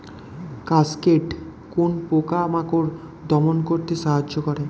Cascade কোন পোকা মাকড় দমন করতে সাহায্য করে?